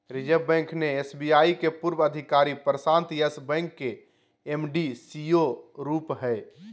reserve bank ने SBI के पूर्व अधिकारी प्रशांत यस बैंक के एम.डी, सी.ई.ओ रूप हइ